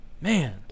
man